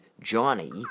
Johnny